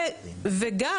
וגם